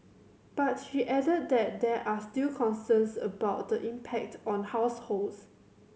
but she added that there are still concerns about the impact on households